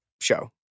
show